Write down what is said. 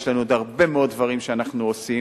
יש עוד הרבה מאוד דברים שאנחנו עושים,